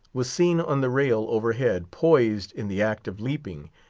was seen on the rail overhead, poised, in the act of leaping,